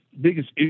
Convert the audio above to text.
biggest